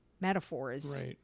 metaphors